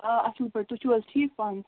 آ اَصٕل پٲٹھۍ تُہۍ چھِو حظ ٹھیٖک پانہٕ